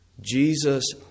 Jesus